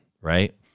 right